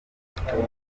yakomeje